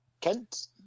Kent